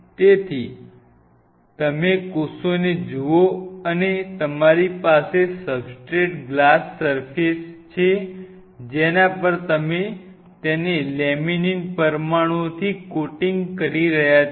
તેથી તમે કોષને જુઓ અને તમારી પાસે સબસ્ટ્રેટ ગ્લાસ સર્ફેસ છે જેના પર તમે તેને લેમિનીન પરમાણુઓથી કોટિંગ કરી રહ્યા છો